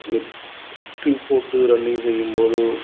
எட்டு போட்டு ரன்னிங் செய்யும் போதோ